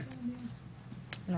י"ט באדר א' תשפ"ב.